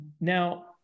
Now